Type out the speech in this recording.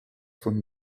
von